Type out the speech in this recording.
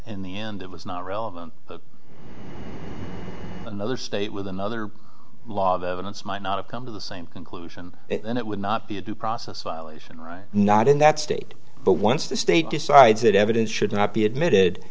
in the end it was not relevant to another state with another law the evidence might not have come to the same conclusion and it would not be a due process while ation right not in that state but once the state decides that evidence should not be